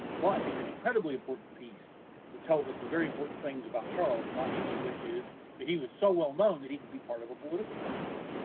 but it's an incredibly important piece that tells us some very important things about charles, not least of which is that he was so well known that he could be part of a political cartoon,